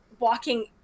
walking